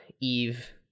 Eve